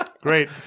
Great